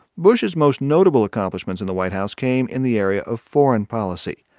bush's most notable accomplishments in the white house came in the area of foreign policy.